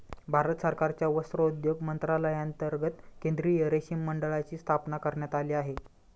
भारत सरकारच्या वस्त्रोद्योग मंत्रालयांतर्गत केंद्रीय रेशीम मंडळाची स्थापना करण्यात आली आहे